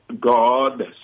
God